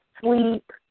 sleep